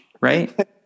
right